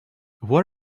what